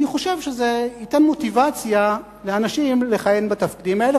אני חושב שזה ייתן מוטיבציה לאנשים לכהן בתפקידים האלה,